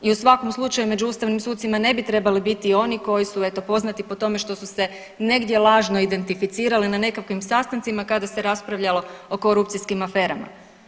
I u svakom slučaju među ustavnim sucima ne bi trebali biti oni koji su eto poznati po tome što su se negdje lažno identificirali na nekakvim sastancima kada se raspravljalo o korupcijskim aferama.